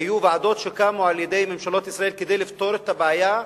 היו ועדות שהוקמו על-ידי ממשלות ישראל כדי לפתור את הבעיה,